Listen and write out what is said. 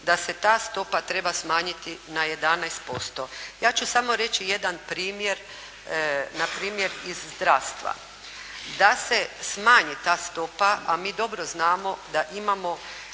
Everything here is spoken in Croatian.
da se ta stopa treba smanjiti na 11%. Ja ću samo reći jedan primjer na primjer iz zdravstva. Da se, a mi dobro znamo da imamo